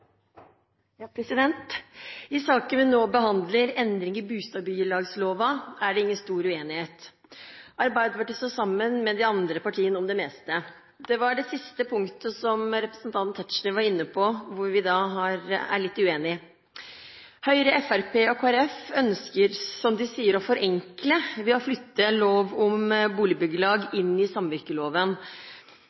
det ingen stor uenighet. Arbeiderpartiet står sammen med de andre partiene om det meste. Det er det siste punktet som representanten Tetzschner var inne på, vi er litt uenige om. Høyre, Fremskrittspartiet og Kristelig Folkeparti ønsker, som de sier, å forenkle ved å flytte lov om boligbyggelag inn under samvirkeloven.